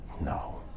No